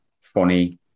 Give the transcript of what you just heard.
funny